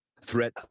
threat